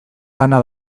lana